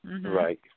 Right